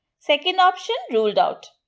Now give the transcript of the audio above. second option ruled out.